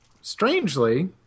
Strangely